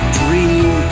dream